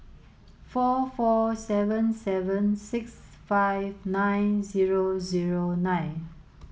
four four seven seven six five nine zero zero nine